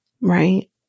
right